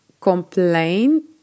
complain